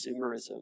consumerism